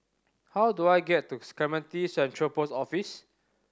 how do I get to Clementi Central Post Office